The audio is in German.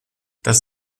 das